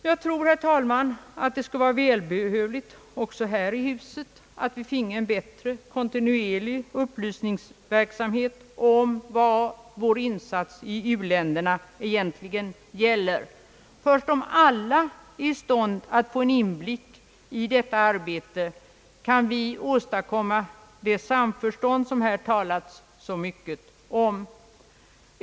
Det skulle, herr talman, vara välbehövligt också här i riksdagen, att vi finge en bättre kontinuerlig upplysningsverksamhet om vad vår insats i u-länderna egentligen gäller. Först om alla är i stånd att få en överblick över detta arbete, kan vi åstadkomma det samförstånd som det har talats så mycket om.